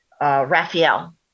Raphael